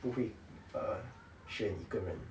不会 err 选一个人